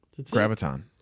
graviton